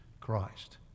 Christ